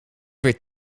weer